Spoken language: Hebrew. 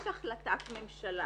יש החלטת ממשלה